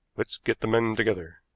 let's get the men together.